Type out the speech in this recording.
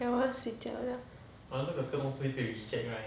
ya 我要睡觉 liao